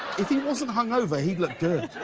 if he wasn't hung over he'd look good!